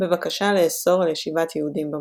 בבקשה לאסור על ישיבת יהודים במקום.